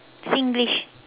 Singlish